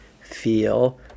feel